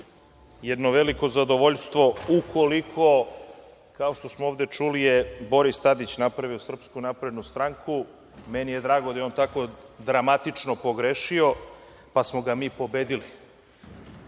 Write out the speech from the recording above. jedno veliko zadovoljstvo ukoliko je, kao što smo ovde čuli, Boris Tadić napravio SNS. Meni je drago da je on tako dramatično pogrešio, pa smo ga mi pobedili.